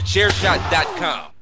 Chairshot.com